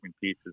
pieces